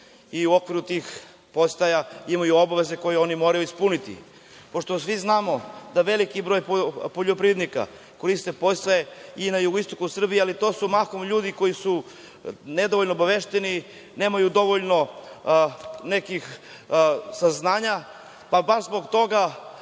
i okviru tih podsticaja imaju obaveze koje oni moraju ispuniti. Pošto svi znamo da veliki broj poljoprivrednika koriste podsticaje, i na jugoistoku Srbije, ali to su mahom ljudi koji su nedovoljno obavešteni, nemaju dovoljno saznanja, pa baš zbog toga